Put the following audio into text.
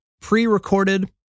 pre-recorded